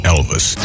Elvis